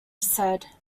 said